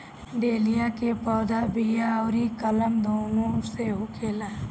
dahlia के पौधा बिया अउरी कलम दूनो से होखेला